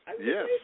yes